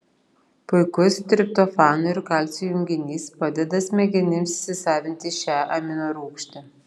puikus triptofano ir kalcio junginys padeda smegenims įsisavinti šią aminorūgštį